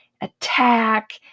attack